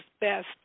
best